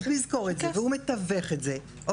צריך לזכור את זה והוא מתווך את זה ולכן